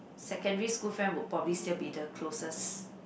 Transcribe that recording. secondary school friend would probably still be the closest